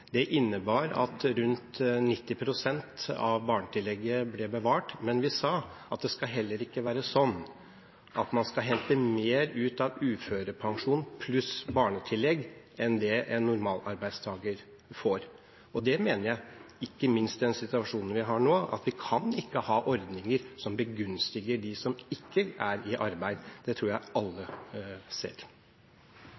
Det innebar at rundt 90 pst. av barnetillegget ble bevart. Men vi sa at det skal heller ikke være slik at man skal hente mer ut av uførepensjon pluss barnetillegg enn det en normalarbeidstaker får. Jeg mener – ikke minst i den situasjonen vi har nå – at vi kan ikke ha ordninger som begunstiger dem som ikke er i arbeid. Det tror jeg alle ser.